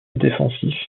défensif